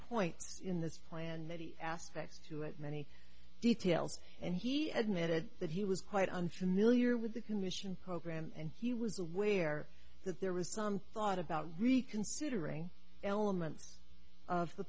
points in this plan many aspects to it many details and he admitted that he was quite untrue mill year with the commission program and he was aware that there was some thought about reconsidering elements of the